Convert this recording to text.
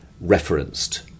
referenced